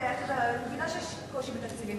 אני מבינה שיש קושי עם תקציבים,